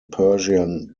persian